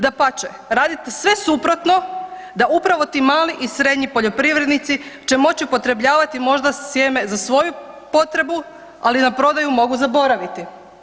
Dapače, radite sve suprotno da upravo ti mali i srednji poljoprivrednici će moći upotrebljavati možda sjeme za svoju potrebu, ali na prodaju mogu zaboraviti.